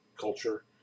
culture